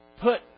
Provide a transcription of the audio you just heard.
put